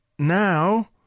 now